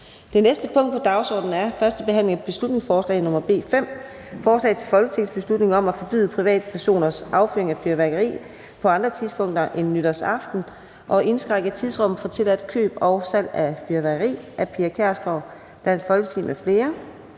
Det næste punkt på dagsordenen er: 21) 1. behandling af beslutningsforslag nr. B 5: Forslag til folketingsbeslutning om at forbyde privatpersoners affyring af fyrværkeri på andre tidspunkter end nytårsaften og indskrænke tidsrummet for tilladt køb og salg af fyrværkeri. Af Pia Kjærsgaard (DF) m.fl.